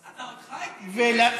אתה עוד חי, טיבי?